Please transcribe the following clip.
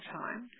time